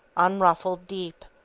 unruffled deep.